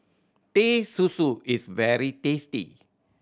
Teh Susu is very tasty